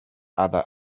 other